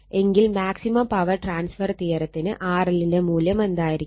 എങ്കിൽ maximum power transfer തിയറത്തിന് RL ന്റെ മൂല്യം എന്തായിരിക്കും